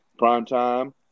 primetime